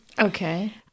Okay